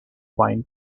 pine